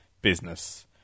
business